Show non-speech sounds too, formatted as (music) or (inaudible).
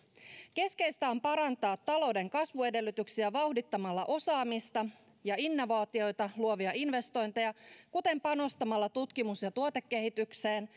keskeistä on parantaa talouden kasvuedellytyksiä vauhdittamalla osaamista ja innovaatioita luovia investointeja kuten panostamalla tutkimus ja ja tuotekehitykseen (unintelligible)